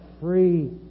free